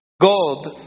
Gold